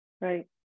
Right